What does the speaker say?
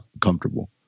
comfortable